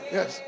Yes